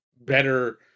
better